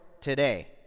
today